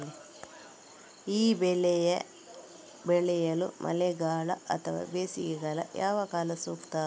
ಈ ಬೆಳೆ ಬೆಳೆಯಲು ಮಳೆಗಾಲ ಅಥವಾ ಬೇಸಿಗೆಕಾಲ ಯಾವ ಕಾಲ ಸೂಕ್ತ?